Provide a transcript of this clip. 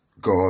God